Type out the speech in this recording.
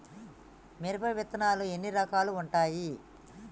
మిరప విత్తనాలు ఎన్ని రకాలు ఉంటాయి?